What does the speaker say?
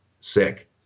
sick